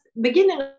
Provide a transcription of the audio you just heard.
beginning